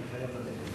אני חייב ללכת,